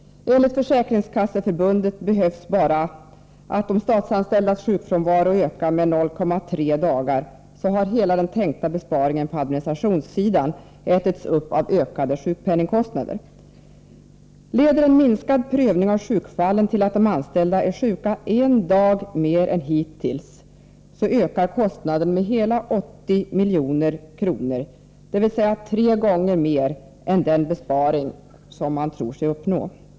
Enligt Försäkringskasseförbundet behövs bara att de statsanställdas sjukfrånvaro ökar med 0,3 dagar, så har hela den tänkta besparingen på administrationssidan ätits upp av ökade sjukpenningskostnader. Leder en minskad prövning av sjukfallen till att de statsanställda är sjuka en dag mer än hittills, då ökar kostnaden med hela 80 milj.kr., dvs. tre gånger mer än den besparing som man tror sig uppnå.